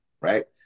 right